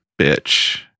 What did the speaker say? bitch